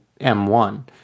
M1